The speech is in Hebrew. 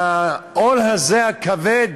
מהעול הזה, הכבד,